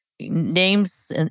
Names